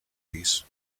peace